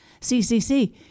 CCC